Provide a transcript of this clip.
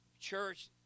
church